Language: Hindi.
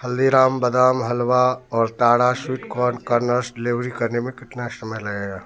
हल्दीराम बादाम हलवा और ताड़ा स्वीट कॉर्न कर्नल्स डलेवरी करने में कितना समय लगेगा